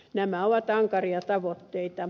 nämä ovat ankaria tavoitteita